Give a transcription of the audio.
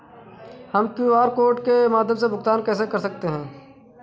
हम QR code के माध्यम से भुगतान कैसे कर सकते हैं?